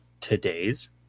today's